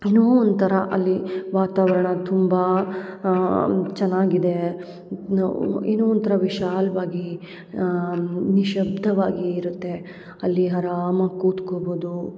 ಏನೋ ಒಂಥರ ಅಲ್ಲಿ ವಾತಾವರ್ಣ ತುಂಬ ಚೆನ್ನಾಗಿದೆ ನೋ ಏನೋ ಒಂಥರ ವಿಶಾಲವಾಗಿ ನಿಶಬ್ಧವಾಗಿ ಇರುತ್ತೆ ಅಲ್ಲಿ ಆರಾಮಾಗಿ ಕೂತ್ಕೋಬೌದು